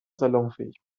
salonfähig